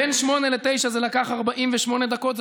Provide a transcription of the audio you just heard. בין 08:00 ל-09:00 זה לקח 48 דקות,